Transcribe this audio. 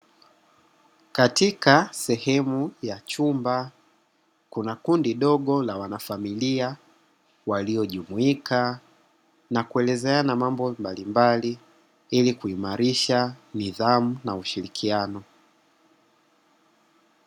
Katika sehemu ya chumba, kuna kundi dogo la wanafamilia, waliojumuika na kuelezeana mambo mbalimbali ili kuimarisha nidhamu na ushirikiano.